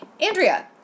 Andrea